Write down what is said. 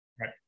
Right